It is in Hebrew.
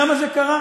למה זה קרה?